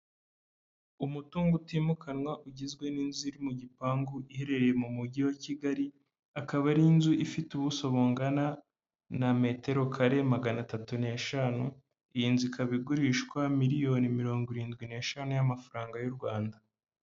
Umutungo utimukanwa ugizwe n'inzu iri mu gipangu iherereye mu mujyi wa Kigali. Akaba ari inzu ifite ubuso bungana, na metero kare magana atatu neshanu. Iyi nzu ikaba igurishwa miliyoni mirongo irindwi neshanu y'amafaranga y'u Rwanda